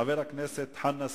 חבר הכנסת חנא סוייד?